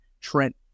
Trent